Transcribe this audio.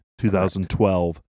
2012